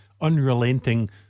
Unrelenting